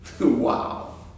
Wow